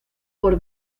por